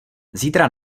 zítra